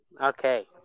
okay